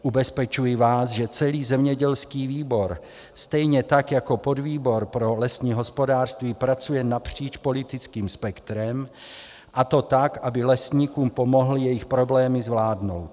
Ubezpečuji vás, že celý zemědělský výbor, stejně tak jako podvýbor pro lesní hospodářství, pracuje napříč politickým spektrem, a to tak, aby lesníkům pomohl jejich problémy zvládnout.